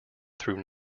through